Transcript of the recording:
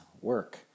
work